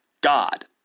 God